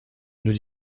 nous